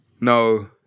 No